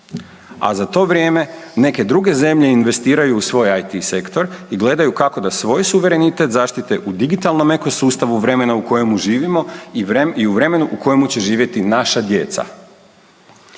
A za to vrijeme neke druge zemlje investiraju u svoje IT sektor i gledaju kako da svoj suverenitet zaštite u digitalnom ekosustavu vremena u kojemu živimo i vremenu u kojem će živjeti naša djeca.